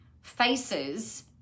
faces